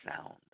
sound